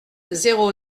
zéro